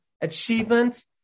achievement